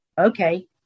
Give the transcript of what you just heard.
Okay